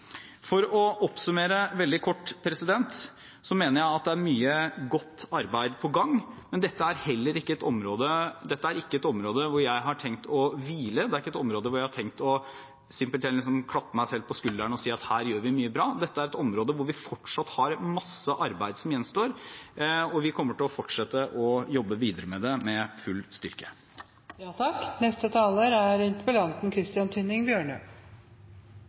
For å oppsummere veldig kort mener jeg det er mye godt arbeid på gang, men dette er ikke et område hvor jeg har tenkt å hvile, det er ikke et område hvor jeg har tenkt simpelt hen å klappe meg selv på skulderen og si at her gjør vi mye bra. Dette er et område hvor vi fortsatt har masse arbeid som gjenstår, og vi kommer til å fortsette å jobbe videre med det med full